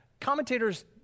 Commentators